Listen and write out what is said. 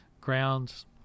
grounds